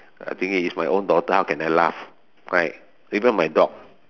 I thinking it's my own daughter how can I laugh right even my dog